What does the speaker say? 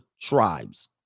tribes